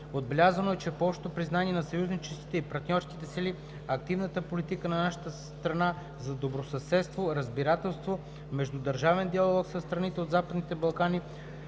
Отбелязано е, че по общо признание на съюзническите и партньорски страни, активната политика на нашата страна за добросъседство, разбирателство, междудържавен диалог със страните от Западните Балкани